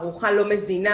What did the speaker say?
ארוחה לא מזינה,